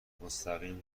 مستقیم